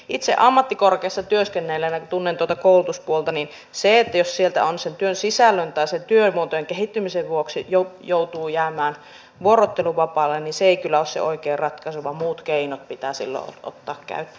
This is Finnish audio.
itse ammattikorkeassa työskennelleenä kun tunnen tuota koulutuspuolta niin jos sieltä sen työn sisällön tai sen työmuotojen kehittymisen vuoksi joutuu jäämään vuorotteluvapaalle niin se ei kyllä ole se oikea ratkaisu vaan muut keinot pitää silloin ottaa käyttöön